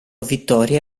vittorie